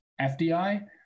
FDI